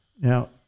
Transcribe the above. Now